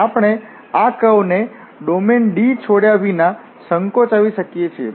આપણે આ કર્વ ને ડોમેન D છોડ્યા વિના બિંદુએ સંકોચાવી શકીએ છીએ